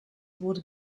wurde